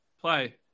Play